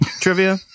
Trivia